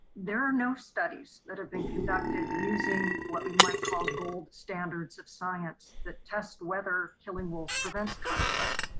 there are no studies that have been conducted using what we might call gold standards of science that test whether killing wolves prevents conflict.